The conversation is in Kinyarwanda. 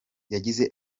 yagize